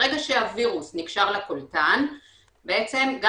ברגע שהווירוס נקשר לקולטן בעצם גם